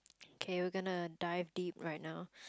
okay we are gonna dive deep right now